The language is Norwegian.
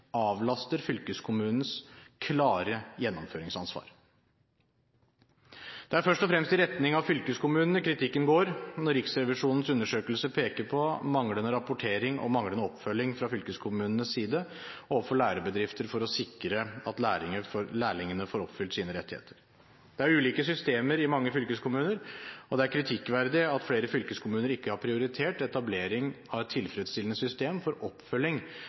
avlaster fylkeskommunens klare gjennomføringsansvar. Det er først og fremst i retning av fylkeskommunen kritikken går, når Riksrevisjonens undersøkelse peker på manglende rapportering og manglende oppfølging fra fylkeskommunenes side overfor lærebedrifter for å sikre at lærlingene får oppfylt sine rettigheter. Det er ulike systemer i mange fylkeskommuner, og det er kritikkverdig at flere fylkeskommuner ikke har prioritert etablering av et tilfredsstillende system for oppfølging